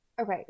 okay